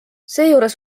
seejuures